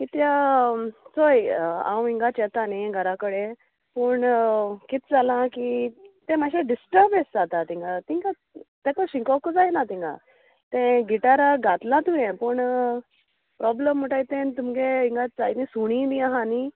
कित्या चोय हांव हिंगाच येता न्ही घरा कडेन पूण कित जाला की ते मातशें डिस्टर्ब एस जाता थिंगां तिंगा तेका शिकोंकूच जायना तिंगा तें गिटाराक घातलां तुवें पूण प्रोब्लेम म्हुटाय तें तुमगे हिंगा जाय न्ही सुणी बी आहा न्ही